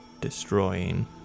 destroying